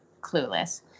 clueless